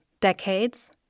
decades